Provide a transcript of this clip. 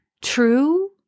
true